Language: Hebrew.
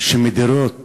שמדירות